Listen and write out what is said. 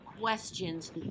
questions